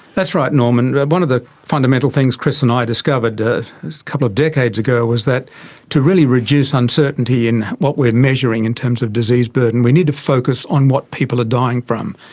that's right norman. one of the fundamental things chris and i discovered a couple of decades ago was that to really reduce uncertainty in what we are measuring in terms of disease burden we need to focus on what people are dying from.